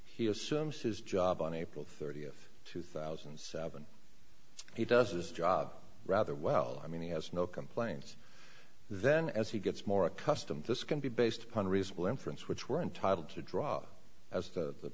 he assumes his job on april thirtieth two thousand and seven he does this job rather well i mean he has no complaints then as he gets more accustomed this can be based upon reasonable inference which we're entitled to drop as the